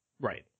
Right